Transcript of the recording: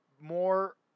more